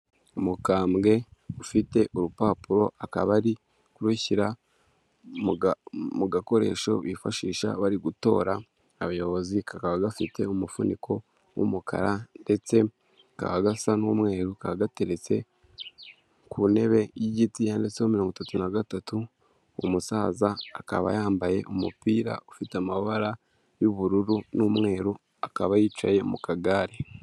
Umukambwe ufite urupapuro akaba ari kurushyira mu gakoresho bifashisha bari gutora abayobozi kakaba gafite umufuniko w'umukara ndetse kaba gasa n'umweru kakaba gateretse ku ntebe y'igiti yanditseho mirongo itatu na gatatu umusaza akaba yambaye umupira ufite amabara y'ubururu n'umweru akaba yicaye mu kagare.